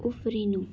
उफ्रिनु